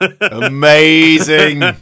Amazing